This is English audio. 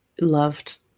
loved